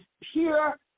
pure